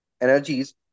energies